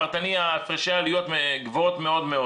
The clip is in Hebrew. הפרשי העלויות גבוהים מאוד.